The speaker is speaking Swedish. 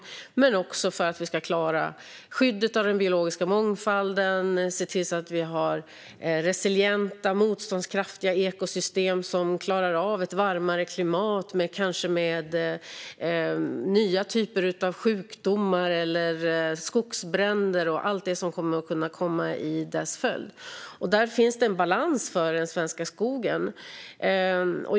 Det gäller också för att klara skyddet av den biologiska mångfalden och se till att det finns resilienta, motståndskraftiga, ekosystem som klarar av ett varmare klimat med nya typer av sjukdomar eller skogsbränder. Det finns en balans för den svenska skogen.